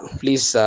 please